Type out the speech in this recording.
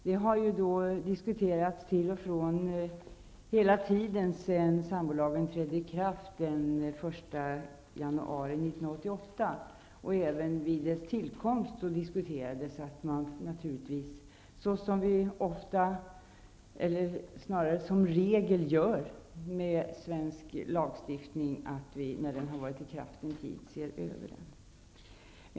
Redan vid lagens tillkomst och när den trädde i kraft den 1 januari 1988 diskuterades -- som vi i regel gör när det gäller svensk lagstiftning -- att vi efter en tid skulle se över den, och saken har sedan diskuterats av och till.